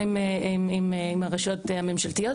גם עם הרשויות הממשלתיות,